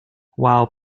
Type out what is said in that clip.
while